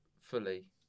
fully